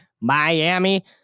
Miami